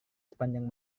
sepanjang